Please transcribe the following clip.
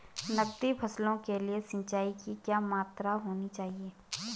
नकदी फसलों के लिए सिंचाई की क्या मात्रा होनी चाहिए?